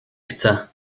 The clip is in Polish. chcę